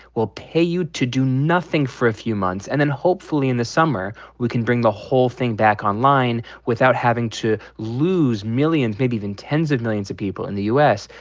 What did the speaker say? we'll pay you to do nothing for a few months. and then hopefully, in the summer, we can bring the whole thing back online without having to lose millions maybe even tens of millions of people in the u s.